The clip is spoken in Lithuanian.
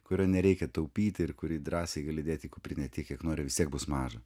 kurio nereikia taupyti ir kurį drąsiai gali dėti į kuprinę tiek kiek nori vis tiek bus maža